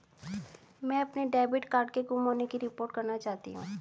मैं अपने debit card के गुम होने की रिपोर्ट करना चाहती हूँ